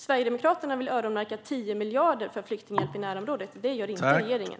Sverigedemokraterna vill öronmärka 10 miljarder för flyktinghjälp i närområdet. Det gör inte regeringen.